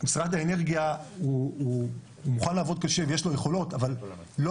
משרד האנרגיה מוכן לעבוד קשה ויש לו יכולות אבל לא